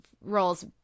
roles